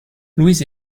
louise